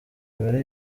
mibare